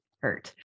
hurt